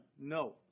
No